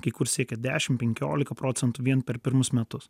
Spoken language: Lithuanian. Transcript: kai kur siekia dešimtpenkiolika procentų vien per pirmus metus